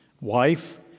Wife